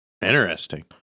interesting